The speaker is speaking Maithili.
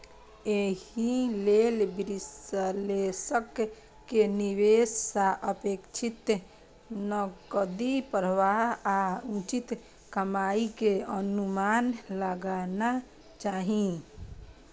एहि लेल विश्लेषक कें निवेश सं अपेक्षित नकदी प्रवाह आ उचित कमाइ के अनुमान लगाना चाही